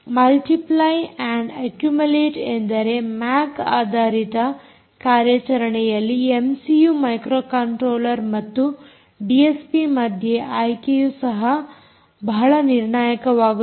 multiply ಮತ್ತು accumulate ಅಂದರೆ MAC ಆಧಾರಿತ ಕಾರ್ಯಾಚರಣೆಯಲ್ಲಿ ಎಮ್ಸಿಯೂ ಮೈಕ್ರೋಕಂಟ್ರೋಲ್ಲರ್ ಮತ್ತು ಡಿಎಸ್ಪಿ ಮಧ್ಯೆ ಆಯ್ಕೆಯು ಸಹ ಬಹಳ ನಿರ್ಣಾಯಕವಾಗುತ್ತದೆ